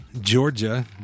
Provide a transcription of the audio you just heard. Georgia